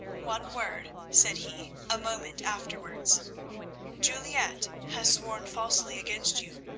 one word, said he, a moment afterwards juliette has sworn falsely against you.